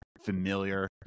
familiar